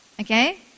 Okay